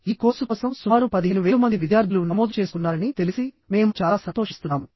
ఈ కోర్సు కోసం సుమారు 15000 మంది విద్యార్థులు నమోదు చేసుకున్నారని తెలిసి మేము చాలా సంతోషిస్తున్నాము